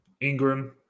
Ingram